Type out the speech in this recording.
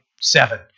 seven